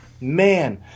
man